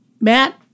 Matt